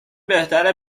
بهتره